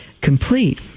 complete